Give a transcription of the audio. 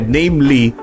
namely